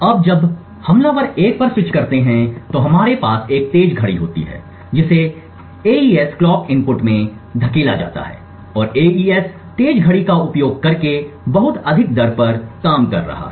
अब जब हमलावर 1 पर स्विच करते हैं तो हमारे पास एक तेज घड़ी होती है जिसे एईएस क्लॉक इनपुट में धकेला जाता है और एईएस तेज घड़ी का उपयोग करके बहुत अधिक दर पर काम कर रहा है